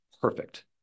perfect